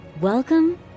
Welcome